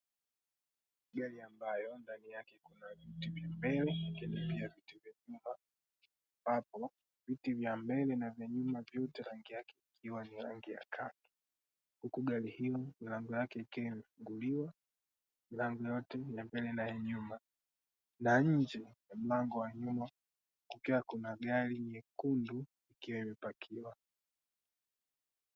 Gari ambayo ndani yake kuna viti vya mbele lakini pia viti vya nyuma ambapo viti vya mbele na vya nyuma vyote rangi yake ikiwa ni rangi ya kaki. Huku gari hiyo milango yake ikiwa imefunguliwa, milango yote ya mbele na ya nyuma, na nje ya mlango wa nyuma kukiwa na gari nyekundu ikiwa imepakiwa.